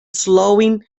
slowing